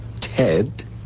Ted